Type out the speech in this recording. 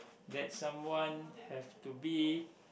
that someone have to be